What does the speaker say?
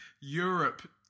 Europe